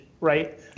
right